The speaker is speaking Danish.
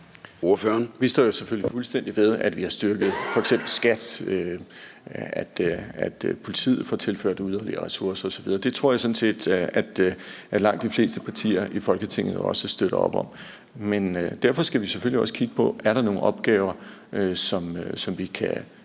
Vi står jo selvfølgelig fuldstændig ved, at vi f.eks. har styrket skattevæsenet, at politiet får tilført yderligere ressourcer osv. Det tror jeg sådan set at langt de fleste partier i Folketinget også støtter op om. Men derfor skal vi selvfølgelig også kigge på, om der er nogle opgaver, som vi kan